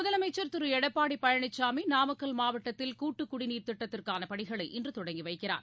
முதலமைச்சர் திருளடப்பாடிபழனிசாமி நாமக்கல் மாவட்டத்தில் கூட்டுகுடிநீர் திட்டத்திற்கானபணிகளை இன்றுதொடங்கிவைக்கிறார்